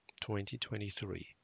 2023